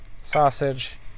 sausage